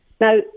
Now